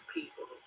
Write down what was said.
people